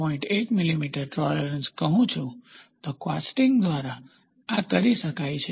1 millimetre tolerance કહું છું તો કાસ્ટિંગ દ્વારા આ કરી શકાય છે